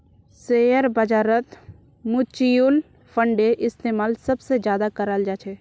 share बाजारत mutual फंडेर इस्तेमाल सबसे ज्यादा कराल जा छे